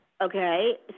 Okay